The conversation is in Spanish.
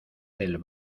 del